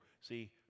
See